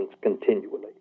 continually